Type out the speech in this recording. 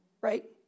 Right